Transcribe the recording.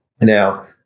Now